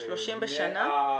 30 בשנה?